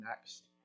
next